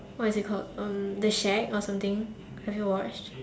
what is it called um the shack or something have you watched